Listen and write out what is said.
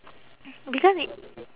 because it